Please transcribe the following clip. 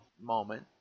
moment